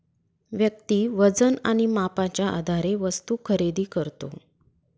व्यक्ती वजन आणि मापाच्या आधारे वस्तू खरेदी करतो